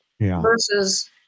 versus